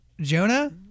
Jonah